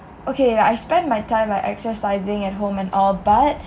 okay I spend my time like exercising at home and all but